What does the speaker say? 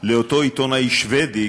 לאותו עיתונאי שבדי,